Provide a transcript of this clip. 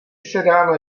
sedá